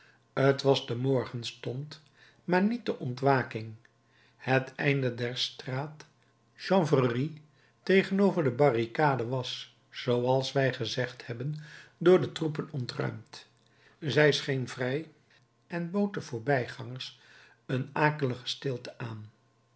t was de morgenstond maar niet de ontwaking het einde der straat chanvrerie tegenover de barricade was zooals wij gezegd hebben door de troepen ontruimd zij scheen vrij en bood de voorbijgangers een akelige stilte aan